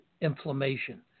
inflammation